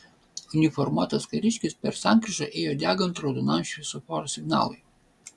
uniformuotas kariškis per sankryžą ėjo degant raudonam šviesoforo signalui